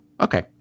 Okay